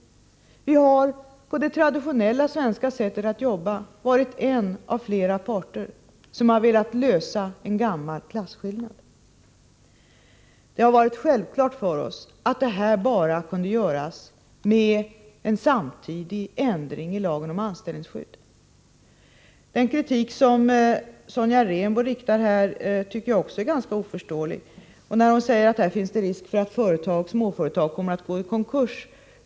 Den har, på det traditionella svenska sättet att jobba, varit en av flera parter som har velat avskaffa en gammal klasskillnad. Det har varit självklart för oss att detta bara kunde göras samtidigt som en ändring i lagen om anställningsskydd gjordes. Den kritik som Sonja Rembo riktar är ganska svår att förstå. Hon säger att det finns risk för att företag, bl.a. småföretag, kommer att gå i konkurs.